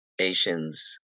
Asians